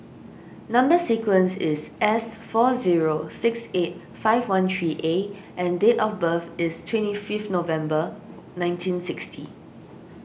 Number Sequence is S four zero six eight five one three A and date of birth is twenty five November nineteen sixty